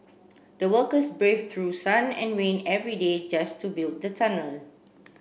the workers braved through sun and rain every day just to build the tunnel